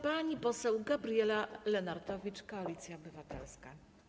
Pani poseł Gabriela Lenartowicz, Koalicja Obywatelska.